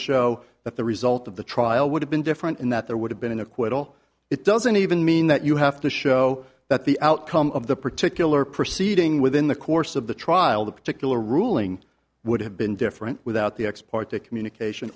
show that the result of the trial would have been different in that there would have been an acquittal it doesn't even mean that you have to show that the outcome of the particular proceeding within the course of the trial the particular ruling would have been different without the ex parte communication